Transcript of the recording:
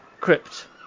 crypt